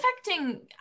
affecting